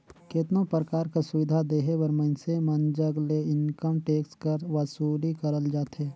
केतनो परकार कर सुबिधा देहे बर मइनसे मन जग ले इनकम टेक्स कर बसूली करल जाथे